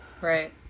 right